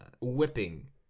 whipping